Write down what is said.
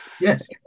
Yes